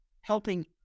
helping